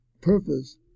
purpose